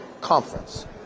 Conference